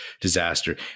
disaster